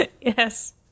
Yes